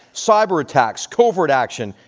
cyber-attacks, covert action,